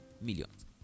millions